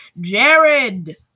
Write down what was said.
Jared